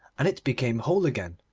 and it became whole again,